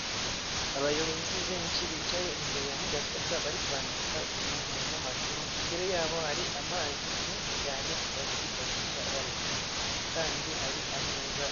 Abayobozi benshi bicaye imbere ya mudasobwa bari kwandika ibinyamakuru imbere yabo hari amazi menshi cyane bari kwifashisha bari kunywa kandi hari ameza.